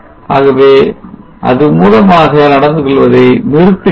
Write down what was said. ஆகவே அது மூலமாக நடந்துகொள்வதை நிறுத்துகிறது